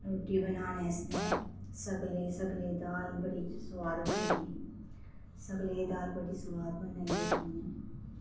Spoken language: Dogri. रूट्टी बनाने आस्तै सगले सगले दी दाल बड़ी सुआद बनदी सगले दी दाल बड़ी सुआद बनाइयै खन्ने